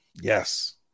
Yes